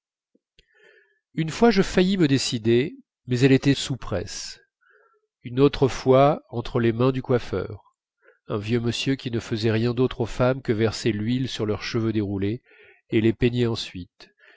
une fois je faillis me décider mais elle était sous presse une autre fois entre les mains du coiffeur un vieux monsieur qui ne faisait rien d'autre aux femmes que verser de l'huile sur leurs cheveux déroulés et les peigner ensuite